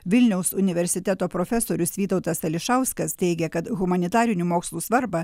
vilniaus universiteto profesorius vytautas ališauskas teigia kad humanitarinių mokslų svarbą